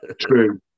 true